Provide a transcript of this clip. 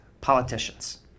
politicians